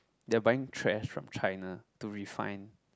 they are buying trash from China to refine